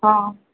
ହଁ